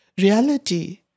reality